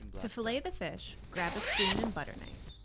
to fillet the fish, grab a spoon and butter knife.